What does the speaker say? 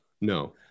No